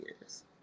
years